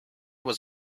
was